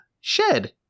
shed